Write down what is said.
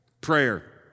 Prayer